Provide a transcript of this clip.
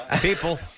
People